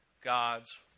God's